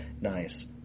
nice